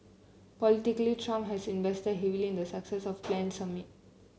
politically Trump has invested heavily in the success of planned summit